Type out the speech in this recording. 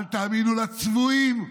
אל תאמינו לצבועים,